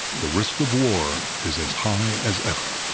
the risk of war is as high as ever.